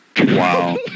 Wow